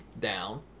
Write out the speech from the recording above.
down